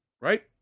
right